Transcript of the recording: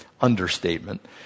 understatement